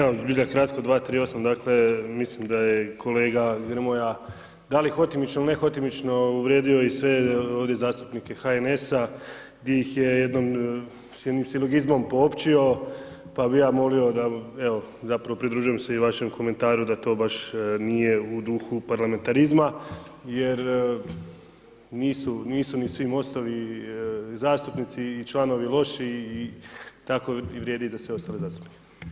Evo zbilja kratko, 238., dakle, mislim da je kolega Grmoja da li hotimično, ili ne hotimično uvrijedio i sve ovdje zastupnike HNS-a di ih je jednim silogizmom poopćio pa bi ja molio da evo, zapravo, pridružujem i vašem komentaru da to baš nije u duhu parlamentarizma jer nisu ni svi MOST-ovi zastupnici i članovi loši, tako vrijedi i za sve ostale zastupnike.